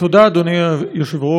תודה, אדוני היושב-ראש.